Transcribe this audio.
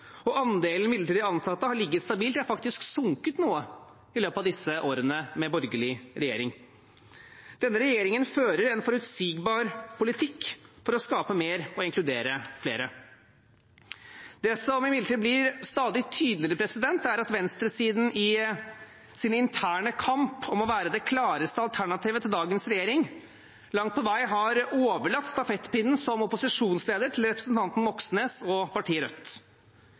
og andelen midlertidig ansatte har ligget stabilt. Den har faktisk sunket noe i løpet av disse årene med borgerlig regjering. Denne regjeringen fører en forutsigbar politikk for å skape mer og inkludere flere. Det som imidlertid blir stadig tydeligere, er at venstresiden i sin interne kamp om å være det klareste alternativet til dagens regjering langt på vei har overlatt stafettpinnen som opposisjonsleder til representanten Moxnes og partiet Rødt.